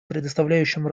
предоставляющим